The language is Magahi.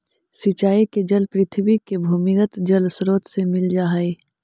सिंचाई के जल पृथ्वी के भूमिगत जलस्रोत से मिल जा हइ